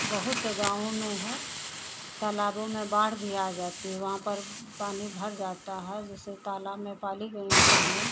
बहुत से गाँवों में है तालाबों में बाढ़ भी आ जाती है वहाँ पर पानी भर जाता है जैसे तालाब में पाली गई मछलियाँ